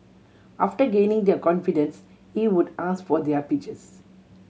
after gaining their confidence he would ask for their pictures